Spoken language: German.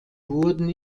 wurden